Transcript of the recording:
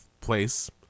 place